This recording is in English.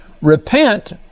repent